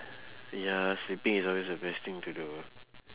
ya sleeping is always the best thing to do